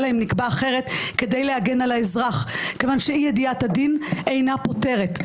אלא אם נקבע אחרת כדי להגן על האזרח כיוון שאי ידיעת הדין אינה פוטרת.